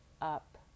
up